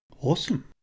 Awesome